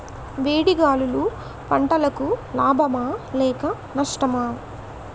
వేడి గాలులు పంటలకు లాభమా లేక నష్టమా?